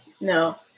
no